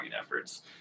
efforts